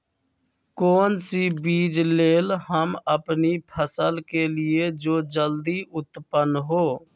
कौन सी बीज ले हम अपनी फसल के लिए जो जल्दी उत्पन हो?